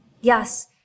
Yes